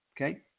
Okay